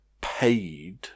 paid